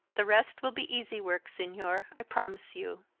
the rest will be easy work, senor, i promise you.